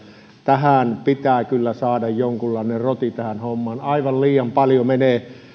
tähän hommaan pitää kyllä saada jonkunlainen roti aivan liian paljon menee